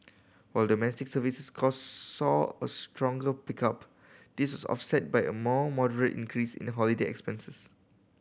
while domestic services cost saw a stronger pickup this is offset by a more moderate increase in the holiday expenses